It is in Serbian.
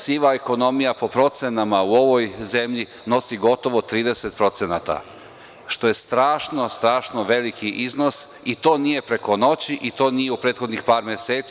Siva ekonomija po procenama u ovoj zemlji nosi gotovo 30%, što je strašno veliki iznos i to nije preko noći i to nije u prethodnih par meseci.